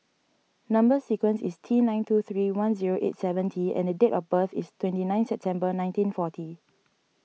Number Sequence is T nine two three one zero eight seven T and the date of birth is twenty ninth September nineteen forty